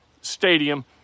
stadium